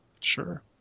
Sure